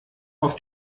auf